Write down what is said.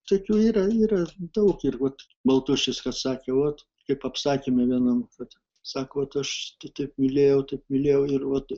tokių yra yra daug ir vat baltušis kaip sakė vat kaip apsakyme vienam kad sako vat aš taip mylėjau taip mylėjau ir vot